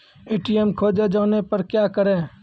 ATM खोजे जाने पर क्या करें?